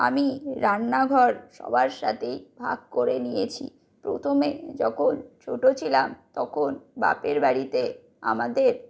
আমি রান্নাঘর সবার সাথেই ভাগ করে নিয়েছি প্রথমে যখন ছোটো ছিলাম তখন বাপের বাড়িতে আমাদের